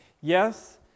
Yes